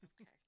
okay